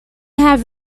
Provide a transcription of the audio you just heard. have